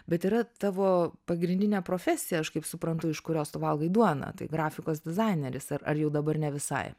bet yra tavo pagrindinė profesija aš kaip suprantu iš kurios tu valgai duoną tai grafikos dizaineris ar ar jau dabar ne visai